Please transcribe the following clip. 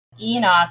Enoch